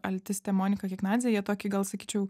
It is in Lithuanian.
altistė monika kiknadzė jie tokį gal sakyčiau